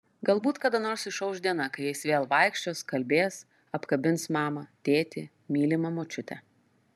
galbūt kada nors išauš diena kai jis vėl vaikščios kalbės apkabins mamą tėtį mylimą močiutę